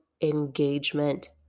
engagement